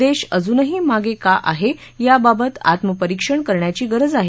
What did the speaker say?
देश अजूनही मागं का आहे याबाबत आत्मपरिक्षण करण्याची गरज आहे